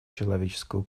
человеческого